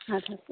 اَدٕ حظ